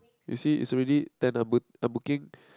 you see is already ten b~ er booking